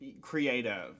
creative